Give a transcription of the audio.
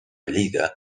lleida